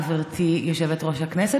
גברתי יושבת-ראש הישיבה,